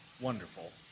wonderful